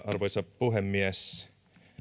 arvoisa puhemies